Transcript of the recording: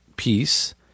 piece